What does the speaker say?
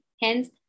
Hence